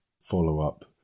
follow-up